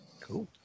Cool